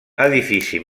edifici